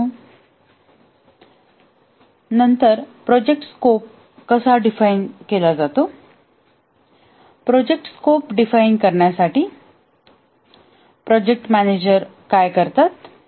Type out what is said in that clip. परंतु नंतर प्रोजेक्टचा स्कोप कसा डिफाइन केला जातो प्रोजेक्ट स्कोप डिफाइन करण्यासाठी प्रोजेक्ट मॅनेजर काय करतात